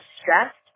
stressed